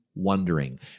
Wondering